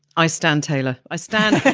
i stand taylor i stand.